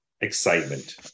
excitement